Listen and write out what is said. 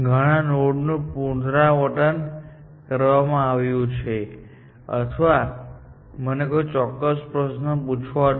ઘણા નોડનું પુનરાવર્તન કરવામાં આવ્યું છે અથવા મને કોઈ ચોક્કસ પ્રશ્ન પૂછવા દો